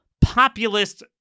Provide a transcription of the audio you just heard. populist